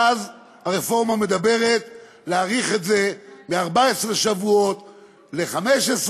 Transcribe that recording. ואז הרפורמה מדברת על להאריך את זה מ-14 שבועות ל-15,